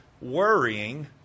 worrying